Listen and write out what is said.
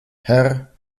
herr